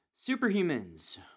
Superhumans